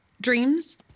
dreams